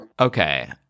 Okay